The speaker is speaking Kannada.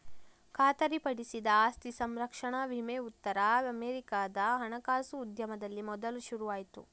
ಖಾತರಿಪಡಿಸಿದ ಆಸ್ತಿ ಸಂರಕ್ಷಣಾ ವಿಮೆ ಉತ್ತರ ಅಮೆರಿಕಾದ ಹಣಕಾಸು ಉದ್ಯಮದಲ್ಲಿ ಮೊದಲು ಶುರು ಆಯ್ತು